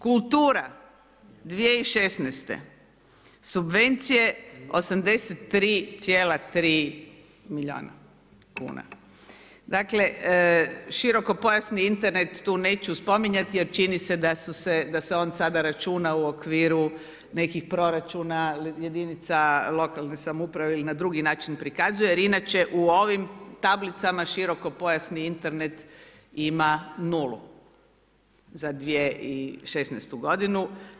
Kultura 2016. subvencije 83,3 milijuna kuna. dakle širokopojasni Internet tu neću spominjati jer čini se da se on sada računa u okviru nekih proračuna jedinica lokalne samouprave ili na drugi način prikazuje jer inače u ovim tablicama širokopojasni Internet ima nulu za 2016. godinu.